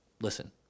Listen